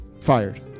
fired